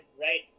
right